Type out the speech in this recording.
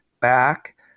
back